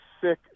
sick